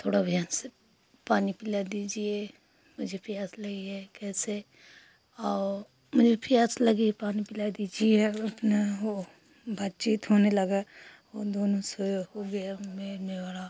थोड़ा बहन से पानी पिला दीजिए मुझे प्यास लगी है कैसे और मुझे प्यास लगी है पानी पिला दीजिए और अपना वह बातचीत होने लगी वे दोनों से हो गया में